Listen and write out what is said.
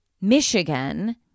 Michigan